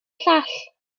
llall